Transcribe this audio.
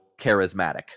charismatic